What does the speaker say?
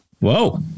Whoa